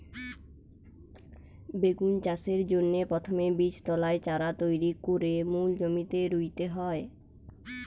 বেগুন চাষের জন্যে প্রথমে বীজতলায় চারা তৈরি কোরে মূল জমিতে রুইতে হয়